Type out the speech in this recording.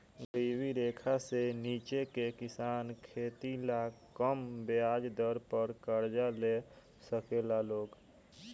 गरीबी रेखा से नीचे के किसान खेती ला कम ब्याज दर पर कर्जा ले साकेला लोग